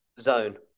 zone